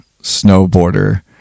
snowboarder